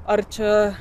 ar čia